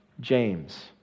James